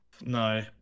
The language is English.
No